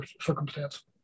circumstance